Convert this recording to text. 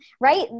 right